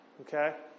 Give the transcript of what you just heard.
Okay